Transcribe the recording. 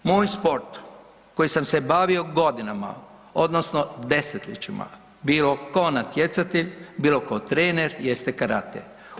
Moj sport, koji sam se bavio godinama odnosno desetljećima bilo ko natjecatelj, bilo ko trener jest karate.